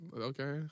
okay